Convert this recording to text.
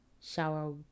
shower